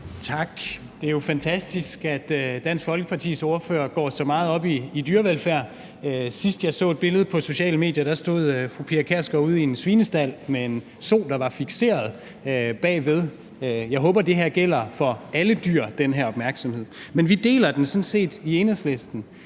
Tak. Det er jo fantastisk, at Dansk Folkepartis ordfører går så meget op i dyrevelfærd. Sidst jeg så et billede på sociale medier, stod fru Pia Kjærsgaard ude i en svinestald med en so, der var fikseret bagved. Jeg håber, at den her opmærksomhed gælder for alle dyr. Men vi deler sådan set i Enhedslisten,